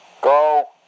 Go